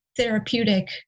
therapeutic